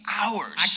hours